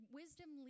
wisdom